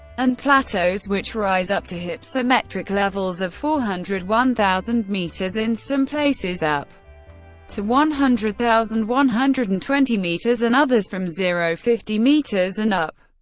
and plateaus which rise up to hypsometric levels of four hundred one thousand meters, in some places up to one hundred one one hundred and twenty meters, and others from zero fifty meters and up.